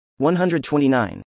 129